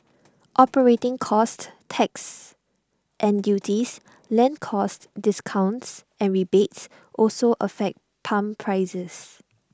operating costs taxes and duties land costs discounts and rebates also affect pump prices